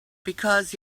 because